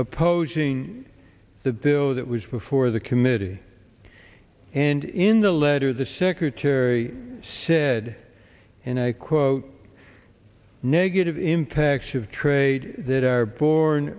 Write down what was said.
opposing the bill that was before the committee and in the letter the secretary said and i quote negative impacts of trade that are born